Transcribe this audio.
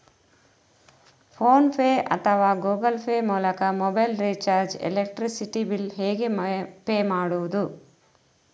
Phone pay ಅಥವಾ Google Pay ಮೂಲಕ mobile recharge, electricity bill ಹೇಗೆ ಪೇ ಮಾಡುವುದು?